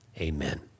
amen